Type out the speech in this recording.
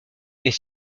est